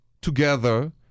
together